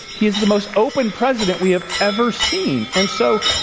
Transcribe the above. he is the most open president we have ever seen. and so,